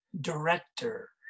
Director